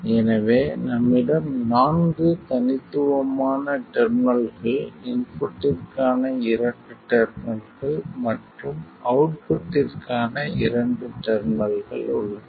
எனவே நம்மிடம் நான்கு தனித்துவமான டெர்மினல்கள் இன்புட்டிற்கான இரண்டு டெர்மினல்கள் மற்றும் அவுட்புட்டிற்கு இரண்டு டெர்மினல்கள் உள்ளன